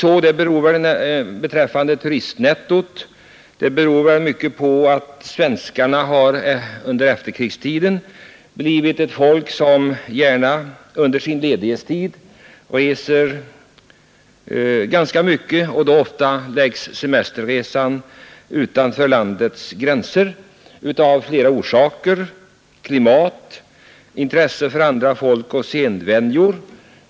Att det blivit så beträffande turistnettot beror väl mycket på att svenskarna under efterkrigstiden blivit ett folk som under sin lediga tid gärna reser ganska mycket, och då förläggs semesterresan ofta utanför landets gränser och detta av flera orsaker: klimat samt intresse för andra folk och sedvänjor.